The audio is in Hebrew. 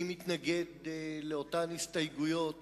מי מתנגד לאותן הסתייגויות